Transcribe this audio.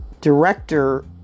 director